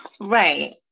Right